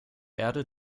erde